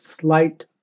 slight